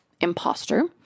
imposter